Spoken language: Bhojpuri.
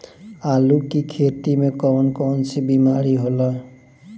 आलू की खेती में कौन कौन सी बीमारी होला?